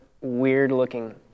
weird-looking